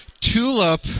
Tulip